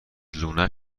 لونه